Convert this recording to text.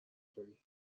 کنی